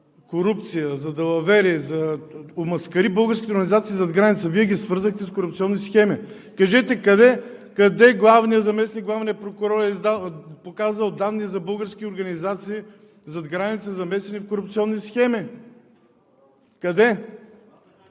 за корупция, за далавери омаскариха българските организации зад граница. Вие ги свързахте с корупционни схеми. Кажете къде главният, заместник главният прокурор е показал данни за български организации зад граница, замесени в корупционни схеми? Къде?